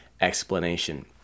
explanation